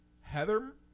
Heather